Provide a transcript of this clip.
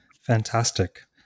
Fantastic